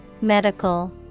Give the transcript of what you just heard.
medical